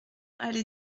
allée